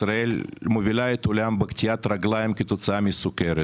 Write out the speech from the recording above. ישראל מובילה בעולם בקטיעת רגליים כתוצאה מסכרת.